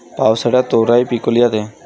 पावसाळ्यात तोराई पिकवली जाते